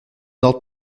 ordre